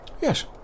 Yes